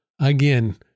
again